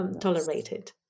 tolerated